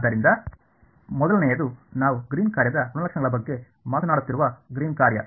ಆದ್ದರಿಂದ ಮೊದಲನೆಯದು ನಾವು ಗ್ರೀನ್ನ ಕಾರ್ಯದ ಗುಣಲಕ್ಷಣಗಳ ಬಗ್ಗೆ ಮಾತನಾಡುತ್ತಿರುವ ಗ್ರೀನ್ನ ಕಾರ್ಯ